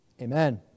Amen